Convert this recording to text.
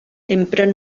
empren